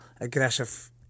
aggressive